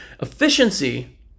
Efficiency